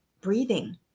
breathing